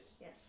Yes